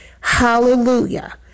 Hallelujah